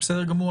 בסדר גמור.